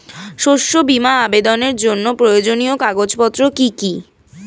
শস্য বীমা আবেদনের জন্য প্রয়োজনীয় কাগজপত্র কি কি?